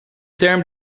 term